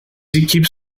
équipes